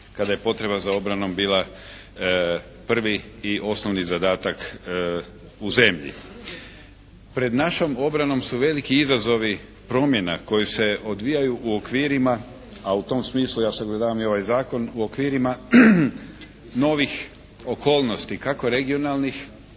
kada je potreba za obranom bila prvi i osnovni zadatak u zemlji. Pred našom obranom su veliki izazovi promjena koji se odvijaju u okvirima, a u tom smislu ja sagledavam i ovaj zakon, u okvirima novih okolnosti kako regionalnih